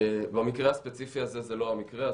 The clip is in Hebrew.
במקרה הספציפי הזה זה לא המקרה,